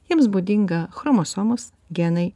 jiems būdinga chromosomos genai